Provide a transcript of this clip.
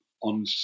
on